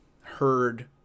heard